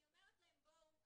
אני אומרת להם בואו,